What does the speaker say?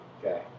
Okay